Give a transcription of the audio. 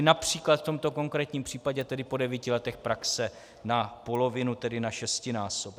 Například v tomto konkrétním případě tedy po 9 letech praxe na polovinu, tedy na šestinásobek.